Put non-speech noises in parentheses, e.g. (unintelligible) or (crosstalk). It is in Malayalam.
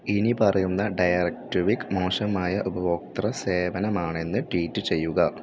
ഇനിപ്പറയുന്ന ഡയറക്ട് (unintelligible) മോശമായ ഉപഭോക്തൃ സേവനമാണെന്ന് ട്വീറ്റ് ചെയ്യുക